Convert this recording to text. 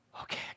okay